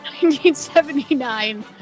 1979